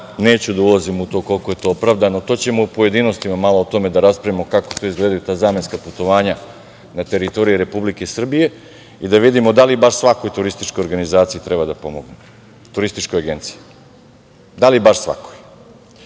Neću da ulazim u to koliko je to opravdano, to ćemo u pojedinostima malo o tome da raspravimo kako izgledaju ta zamenska putovanja na teritoriji Republike Srbije i da vidimo da li baš svakoj turističkoj agenciji treba da pomognemo, da li baš svakoj. Ali,